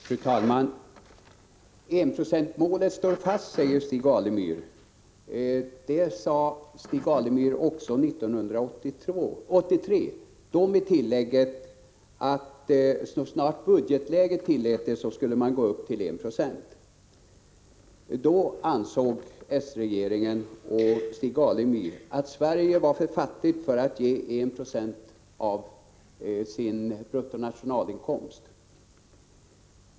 Fru talman! Enprocentsmålet står fast, säger Stig Alemyr. Det sade Stig Alemyr också 1983, då med tillägget att man så snart budgetläget tillät skulle gå upp till I 96. Då ansåg s-regeringen och Stig Alemyr att Sverige var för fattigt för att ge 1 90 av sin bruttonationalinkomst.